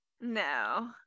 No